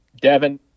Devin